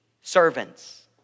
servants